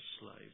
slaves